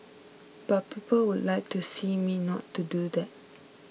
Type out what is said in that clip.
but people would like to see me not to do that